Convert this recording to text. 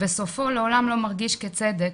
וסופו לעולם לא מרגיש כצדק,